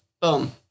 boom